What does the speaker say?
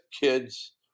kids